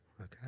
okay